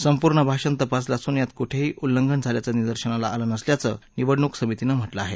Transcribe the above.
संपूर्ण भाषण तपासलं असून यात कुठेही उल्लंघन झाल्याचं निदर्शनला आलं नसल्याचं निवडणूक समितीनं म्हटलं आहे